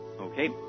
Okay